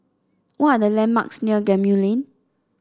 what are the landmarks near Gemmill Lane